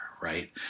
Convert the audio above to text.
Right